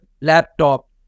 laptop